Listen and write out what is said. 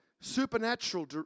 supernatural